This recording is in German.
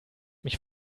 mich